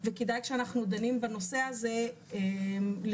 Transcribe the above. וכשאנחנו דנים בנושא הזה כדאי,